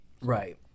Right